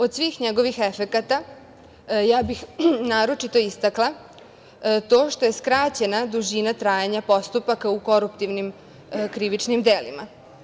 Od svih njegovih efekata ja bih naročito istakla to što je skraćena dužina trajanja postupaka u koruptivnim krivičnim delima.